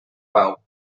pau